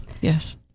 yes